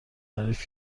تعریف